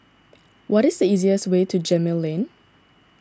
what is the easiest way to Gemmill Lane